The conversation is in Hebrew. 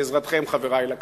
בעזרתכם, חברי, לקדוש-ברוך-הוא,